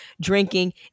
drinking